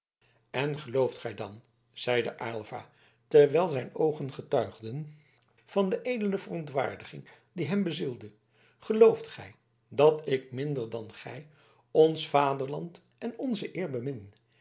en gelooft gij dan zeide aylva terwijl zijn oogen getuigden van de edele verontwaardiging die hem bezielde gelooft gij dat ik minder dan gij ons vaderland en onze eer bemin